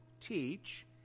teach